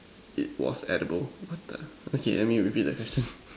it was edible what the okay let me repeat the question